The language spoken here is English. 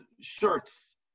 shirts